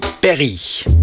Perry